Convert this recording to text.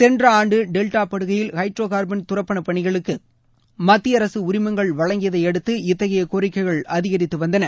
சென்ற ஆண்டு டெல்டா படுகையில் ஹைட்ரோ கார்பன் தூப்பனப் பணிகளுக்கு மத்திய அரசு உரிமங்கள் வழங்கியதை அடுத்து இத்தகைய கோரிக்கைகள் அதிகரித்து வந்தன